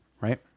right